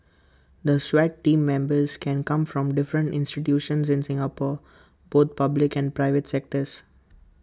the Swat Team Members can come from different institutions in Singapore both public and private sectors